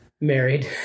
married